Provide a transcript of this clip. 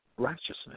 Righteousness